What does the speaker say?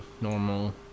normal